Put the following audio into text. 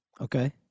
Okay